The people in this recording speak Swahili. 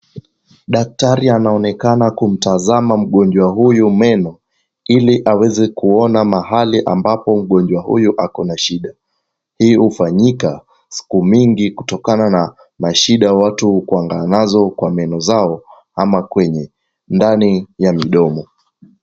Daktari anaonekana kumtazama mgonjwa huyu meno, ili aweze kuona mahali ambapo mgonjwa huyu ako na shida. Hii hufanyika siku mingi kutokana na shida watu hukwanganazo, kwa meno zao ama kwenye ndani ya midomo.